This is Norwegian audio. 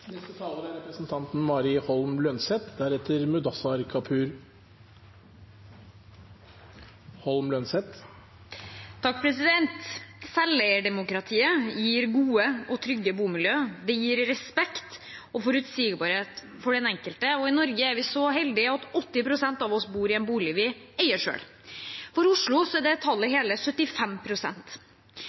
Selveierdemokratiet gir gode og trygge bomiljøer. Det gir respekt og forutsigbarhet for den enkelte. I Norge er vi så heldige at 80 pst. bor i en bolig vi eier selv. I Oslo er tallet hele